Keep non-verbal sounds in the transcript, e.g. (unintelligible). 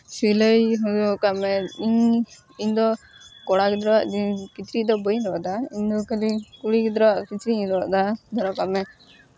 ᱥᱤᱞᱟᱹᱭ ᱦᱩᱭᱩᱜ ᱠᱟᱜ ᱢᱮ ᱤᱧᱫᱚ ᱠᱚᱲᱟ ᱜᱤᱫᱽᱨᱟᱹ ᱟᱜ ᱠᱤᱪᱨᱤᱪ ᱫᱚ ᱵᱟᱹᱧ ᱨᱚᱜᱫᱟ ᱤᱧᱫᱚ ᱠᱷᱟᱹᱞᱤ ᱠᱩᱲᱤ ᱜᱤᱫᱽᱨᱟᱹᱣᱟᱜ ᱠᱤᱪᱨᱤᱪ ᱤᱧ ᱨᱚᱜ ᱫᱟ (unintelligible) ᱠᱟᱜ ᱢᱮ